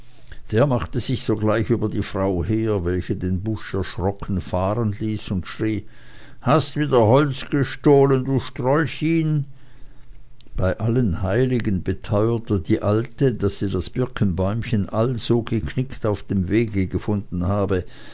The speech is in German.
der machte sich sogleich über die frau her welche den busch erschrocken fahrenließ und schrie hast wieder holz gestohlen du strolchin bei allen heiligen beteuerte die alte daß sie das birkenbäumchen also geknickt auf dem wege gefunden habe